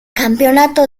campeonato